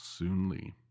soonly